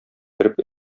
кереп